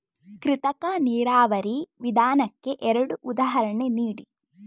ಕೃತಕ ನೀರಾವರಿ ವಿಧಾನಕ್ಕೆ ಎರಡು ಉದಾಹರಣೆ ನೀಡಿ?